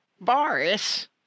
Boris